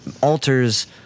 alters